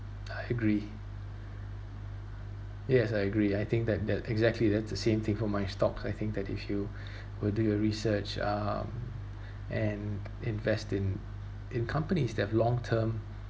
I agree yes I agree I think that that exactly that's the same thing for my stocks I think that if you will do your research um and invest in in companies that have long term